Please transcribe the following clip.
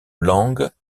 langues